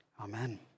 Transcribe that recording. Amen